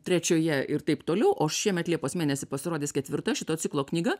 trečioje ir taip toliau o šiemet liepos mėnesį pasirodys ketvirta šito ciklo knyga